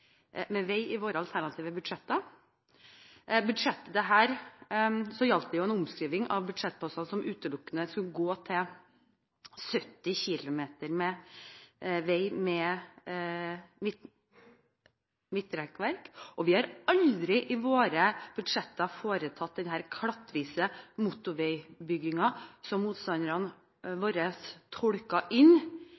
med vei med våre alternative budsjetter. I budsjettet gjaldt det en omskriving av budsjettposter som utelukkende skulle gå til 70 km vei med midtrekkverk. Vi har aldri i våre budsjetter foretatt denne klattvise motorveibyggingen som motstanderne